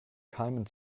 keimen